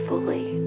Fully